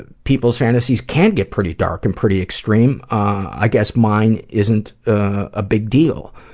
ah peoples fantasies can get pretty dark and pretty extreme. i guess mine isn't a big deal.